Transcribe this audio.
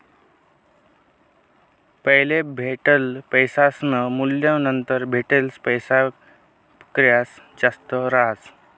पैले भेटेल पैसासनं मूल्य नंतर भेटेल पैसासपक्सा जास्त रहास